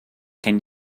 can